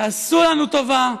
תעשו לנו טובה,